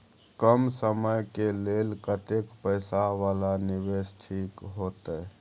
कम समय के लेल कतेक पैसा वाला निवेश ठीक होते?